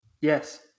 Yes